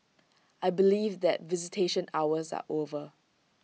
I believe that visitation hours are over